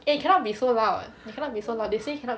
eh cannot be so loud cannot be so loud they say cannot